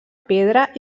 pedra